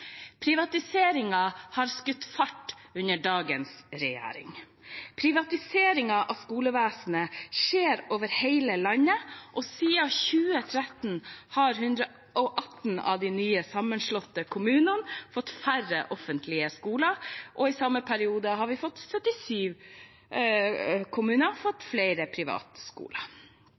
har skutt fart under dagens regjering. Privatiseringen av skolevesenet skjer over hele landet. Siden 2013 har 118 av de nye, sammenslåtte kommunene fått færre offentlige skoler. I samme periode har 77 kommuner fått flere